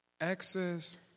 Access